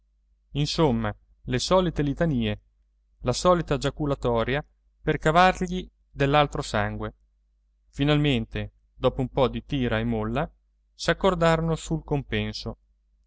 insomma le solite litanie la solita giaculatoria per cavargli dell'altro sangue finalmente dopo un po di tira e molla s'accordarono sul compenso